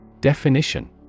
Definition